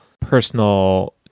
personal